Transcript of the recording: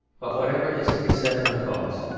but whatever is to be said of the cause,